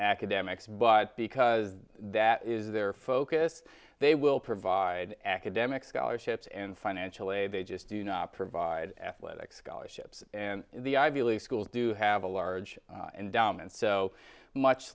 academics but because that is their focus they will provide academic scholarships and financial aid they just do not provide athletic scholarships and the ivy league schools do have a large and down and so much